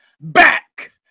back